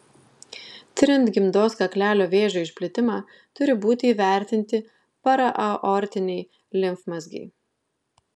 tiriant gimdos kaklelio vėžio išplitimą turi būti įvertinti paraaortiniai limfmazgiai